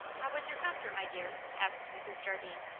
how was your concert, my dear? asked mrs. jardine.